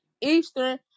Eastern